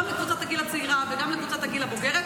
גם לקבוצת הגיל הצעירה וגם לקבוצת הגיל הבוגרת,